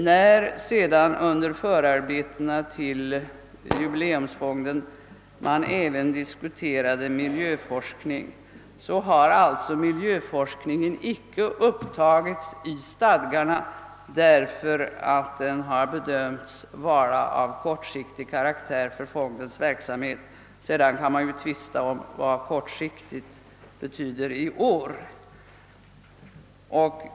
När man sedan under förarbetena till jubileumsfonden även diskuterade miljöforskning, togs miljöforskningen inte upp i stadgarna, därför att den bedömdes vara av för kortsiktig karaktär för fondens verksamhet. Sedan kan man ju tvista om vad >kortsiktig» betyder i år.